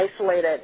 isolated